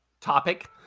topic